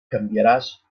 canviaràs